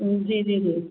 जी जी जी